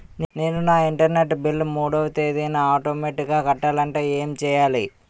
నేను నా internet bill మూడవ తేదీన ఆటోమేటిగ్గా కట్టాలంటే ఏం చేయాలి?